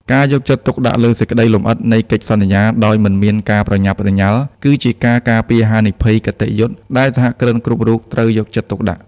ការយកចិត្តទុកដាក់លើសេចក្ដីលម្អិតនៃកិច្ចសន្យា ដោយមិនមានការប្រញាប់ប្រញាល់ គឺជាការការពារហានិភ័យគតិយុត្តិដែលសហគ្រិនគ្រប់រូបត្រូវយកចិត្តទុកដាក់។